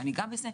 שניגע בזה,